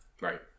Right